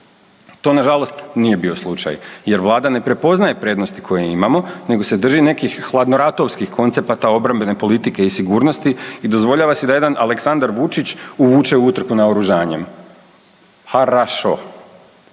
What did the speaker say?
To na žalost nije bio slučaj jer Vlada ne prepoznaje prednosti koje imamo, nego se drži nekih hladnoratovskih koncepata obrambene politike i sigurnosti i dozvoljava si da jedan Aleksandar Vučić uvuče u utrku naoružanjem. Harasho.